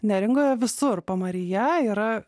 neringoje visur pamaryje yra